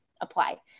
apply